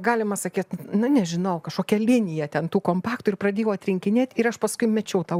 galima sakyt na nežinau kažkokią liniją ten tų kompaktų ir pradėjau atrinkinėt ir aš paskui mečiau tą